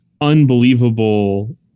unbelievable